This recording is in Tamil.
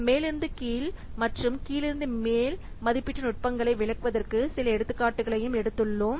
மேலிருந்து கீழ் மற்றும் கீழிருந்து மேல் மதிப்பீட்டு நுட்பங்களை விளக்குவதற்கு சில எடுத்துக்காட்டுகளையும் எடுத்துள்ளோம்